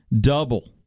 double